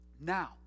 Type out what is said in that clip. Now